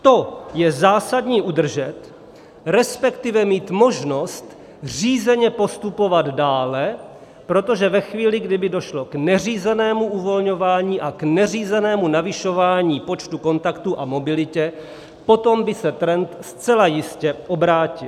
To je zásadní udržet, respektive mít možnost řízeně postupovat dále, protože ve chvíli, kdy by došlo k neřízenému uvolňování a k neřízenému navyšování počtu kontaktů a mobilitě, potom by se trend zcela jistě obrátil.